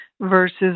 versus